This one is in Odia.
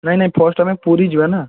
ନାଇଁ ନାଇଁ ଫାର୍ଷ୍ଟ ଆମେ ପୁରୀ ଯିବା ନା